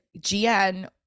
gn